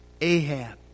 Ahab